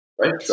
right